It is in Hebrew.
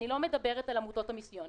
אני לא מדברת על עמותות המיסיון,